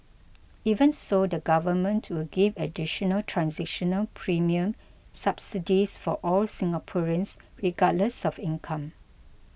even so the Government will give additional transitional premium subsidies for all Singaporeans regardless of income